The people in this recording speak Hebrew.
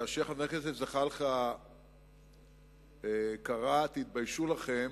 כאשר חבר הכנסת זחאלקה קרא: תתביישו לכם,